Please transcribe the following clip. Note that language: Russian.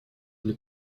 для